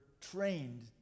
trained